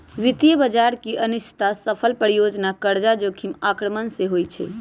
वित्तीय बजार की अनिश्चितता, असफल परियोजना, कर्जा जोखिम आक्रमण से होइ छइ